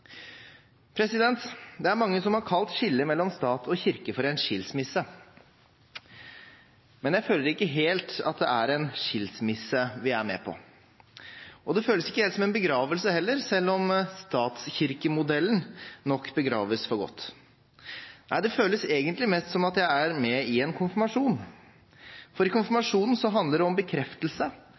Det er mange som har kalt skillet mellom stat og kirke for en skilsmisse, men jeg føler ikke helt at det er en skilsmisse vi er med på. Det føles ikke helt som en begravelse heller, selv om statskirkemodellen nok begraves for godt. Det føles egentlig mest som om jeg er med i en konfirmasjon, for i konfirmasjonen handler det om